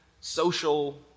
social